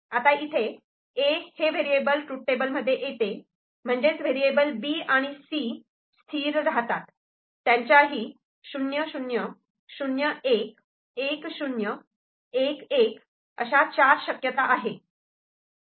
आता इथे 'A' हे व्हेरिएबल ट्रूथ टेबलमध्ये येते म्हणजेच व्हेरिएबल बी आणि सी स्थिर राहतात त्याच्याही 0 0 0 1 1 0 1 1 या चार शक्यता आहे